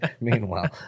meanwhile